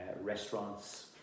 restaurants